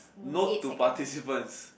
note to participants